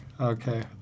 Okay